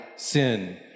sin